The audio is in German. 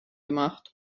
gemacht